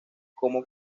como